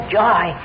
joy